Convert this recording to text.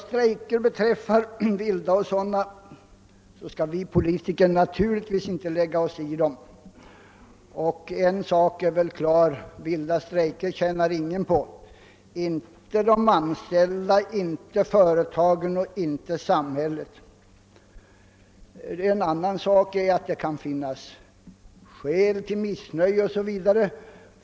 Strejker — vilda och andra — skall naturligtvis vi politiker inte lägga oss i. En sak är emellertid klar: vilda strejker tjänar ingen på — inte de anställda, inte företaget och inte samhället. En annan sak är att det kan finnas skäl till missnöje.